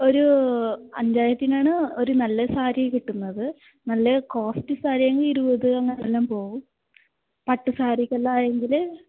ഒരൂ അഞ്ചായിരത്തിനാണ് ഒരു നല്ല സാരി കിട്ടുന്നത് നല്ല കോസ്റ്റ് സാരിയെങ്കിൽ ഇരുപത് അങ്ങനെയെല്ലാം പോവും പട്ടുസാരിക്കെല്ലാം ആയെങ്കിൽ